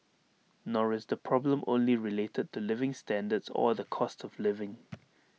nor is the problem only related to living standards or the cost of living